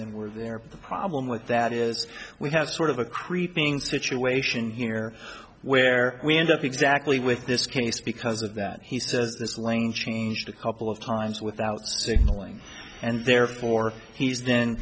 couldn't were there but the problem with that is we have sort of a creeping situation here where we end up exactly with this case because of that he says this lane changed a couple of times without signalling and therefore he's